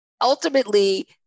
ultimately